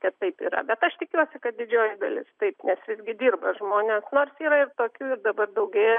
kad taip yra bet aš tikiuosi kad didžioji dalis taip nes visgi dirba žmones nors yra ir tokių ir dabar daugėja